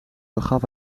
begaf